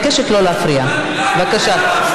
אבל במחיר של פגיעה אנושה בדימוי של מדינת ישראל,